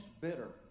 bitter